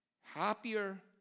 Happier